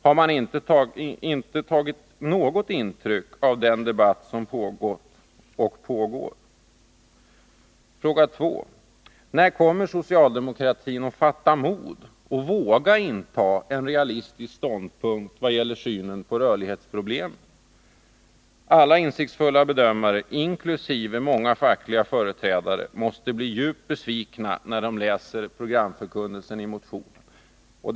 Har man inte tagit något intryck av den debatt som pågått och pågår? Den andra frågan lyder: När kommer socialdemokratin att fatta mod och våga inta en realistisk ståndpunkt vad gäller synen på rörlighetsproblemen? Alla insiktsfulla bedömare, inkl. många fackliga företrädare, måste bli djupt besvikna när de läser programförkunnelsen i motionen.